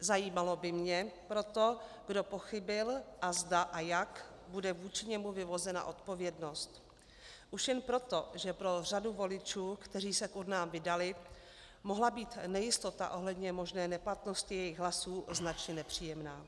Zajímalo by mě proto, kdo pochybil a zda a jak bude vůči němu vyvozena odpovědnost, už jen proto, že pro řadu voličů, kteří se k urnám vydali, mohla být nejistota ohledně možné neplatnosti jejich hlasů značně nepříjemná.